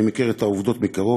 אני מכיר את העובדות מקרוב,